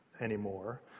anymore